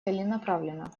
целенаправленно